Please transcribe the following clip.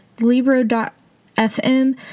Libro.fm